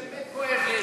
זה באמת כואב לי.